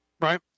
Right